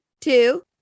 two